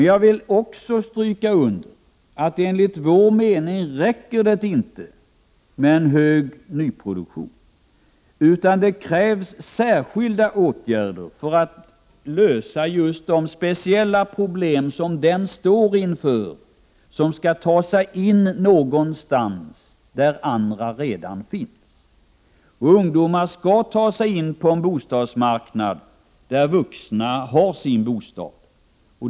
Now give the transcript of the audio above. Jag vill också stryka under att det enligt vår mening inte räcker med en hög nyproduktion, utan det krävs särskilda åtgärder för att lösa just de speciella problem som den står inför som skall ta sig in någonstans där andra redan befinner sig. Ungdomar skall ta sig in p&'en bostadsmarknad där vuxna har sina bostäder.